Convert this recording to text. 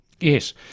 Yes